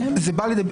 זה היוזמה?